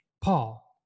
Paul